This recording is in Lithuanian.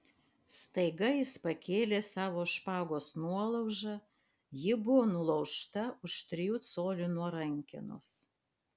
staiga jis pakėlė savo špagos nuolaužą ji buvo nulaužta už trijų colių nuo rankenos